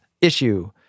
issue